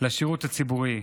לשירות הציבורי.